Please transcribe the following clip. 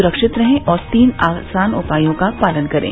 सुरक्षित रहें और तीन आसान उपायों का पालन करें